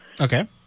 Okay